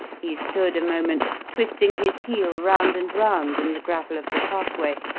he stood a moment, twisting his heel round and round in the gravel of the pathway,